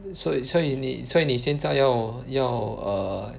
所以所以你所以你现在要要 err